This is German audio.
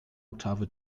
oktave